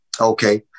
Okay